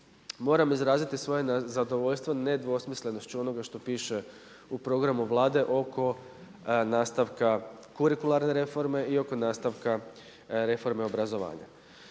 Moram izraziti svoje zadovoljstvo ne dvosmislenošću onoga što piše u programu Vlade oko nastavka kurikularne reforme i oko nastavka reforme obrazovanja.